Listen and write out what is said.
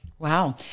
Wow